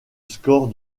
score